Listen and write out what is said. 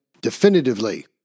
definitively